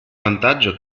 vantaggio